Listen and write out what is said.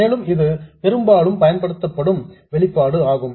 மேலும் இது பெரும்பாலும் பயன்படுத்தப்படும் வெளிப்பாடு ஆகும்